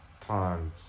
times